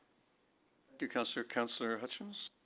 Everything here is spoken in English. you, councillor. councillor hutchins?